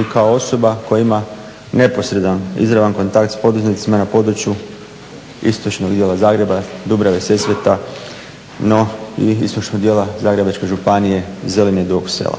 i kao osoba koja ima neposredan izravan kontakt s poduzetnicima na području istočnog dijela Zagreba, Dubrave, Sesveta no i istočnog dijela Zagrebačke županije, Zeline i Dugog sela.